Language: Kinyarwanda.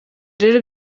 rero